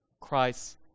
Christ